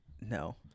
No